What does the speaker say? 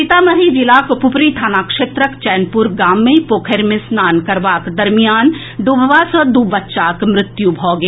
सीतामढ़ी जिलाक पुपरी थाना क्षेत्रक चैनपुर गाम मे पोखरि मे स्नान करबाक दरमियान डूबबा सँ दू बच्चाक मृत्यु भऽ गेल